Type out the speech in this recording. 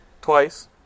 Twice